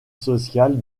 sociale